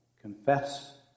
confess